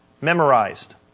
memorized